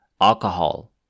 alcohol